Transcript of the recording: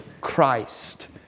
Christ